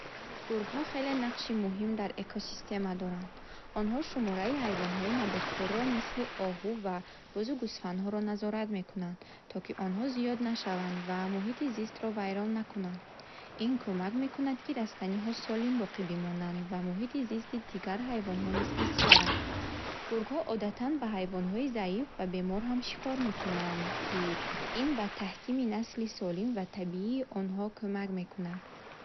Гургҳо хеле нақши муҳим дар экосистема доранд. Онҳо шумораи ҳайвонҳои наботхӯрро, мисли оҳу ва бузу гӯсфандҳоро назорат мекунанд, то ки онҳо зиёд нашаванд ва муҳити зистро вайрон накунанд. Ин кумак мекунад, ки растаниҳо солим боқӣ бимонанд ва муҳити зисти дигар ҳайвонҳо низ ҳифз шавад. Гургҳо одатан ба ҳайвонҳои заиф ва бемор ҳам шикор мекунанд, ки ин ба таҳкими насли солим ва табии онҳо кумак мекунад.